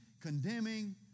condemning